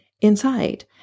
inside